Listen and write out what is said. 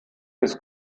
des